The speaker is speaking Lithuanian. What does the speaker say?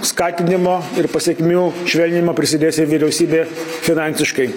skatinimo ir pasekmių švelninimo prisidės ir vyriausybė finansiškai